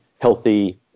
healthy